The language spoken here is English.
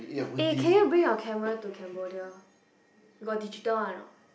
eh can you bring your camera to Cambodia got digital one or not